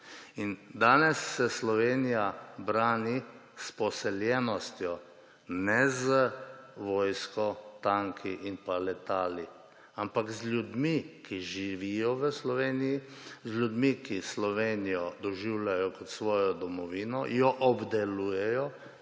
Danes se Slovenija brani s poseljenostjo, ne z vojsko, tanki in pa letali, ampak z ljudmi, ki živijo v Sloveniji; z ljudmi, ki Slovenijo doživljajo kot svojo domovino, jo obdelujejo,